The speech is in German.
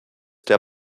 der